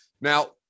Now